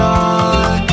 on